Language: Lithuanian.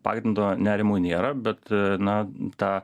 pagrindo nerimui nėra bet na tą